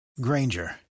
Granger